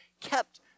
kept